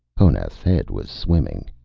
honath's head was swimming.